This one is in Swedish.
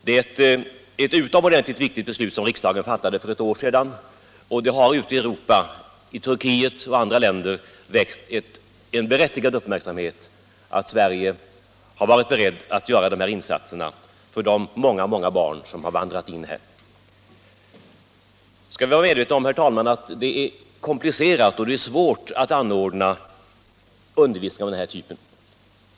Det var ett utomordentligt viktigt beslut som riksdagen fattade för ett år sedan, och det har ute i Europa —- i Turkiet och andra länder — väckt en berättigad uppmärksamhet att Sverige har varit berett att göra de här insatserna för de många barn som vandrat in till vårt land. Vi skall vara medvetna om, herr talman, att det är komplicerat att anordna undervisning av den här typen.